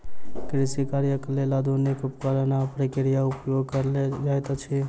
कृषि कार्यक लेल आधुनिक उपकरण आ प्रक्रिया उपयोग कयल जाइत अछि